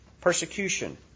Persecution